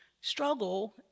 struggle